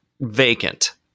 vacant